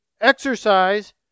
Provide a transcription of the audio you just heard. exercise